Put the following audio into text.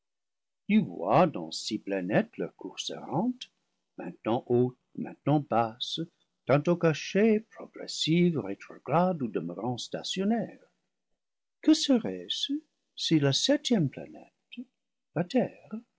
tu vois dans six planètes leur course errante maintenant haute maintenant basse tan tôt cachée progressive rétrograde ou demeurant station naire que serait-ce si la septième planète la terre